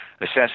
assess